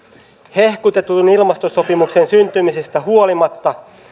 hehkutetun ilmastosopimuksen syntymisestä huolimatta